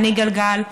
אני גלגל,